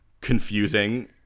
confusing